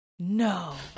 No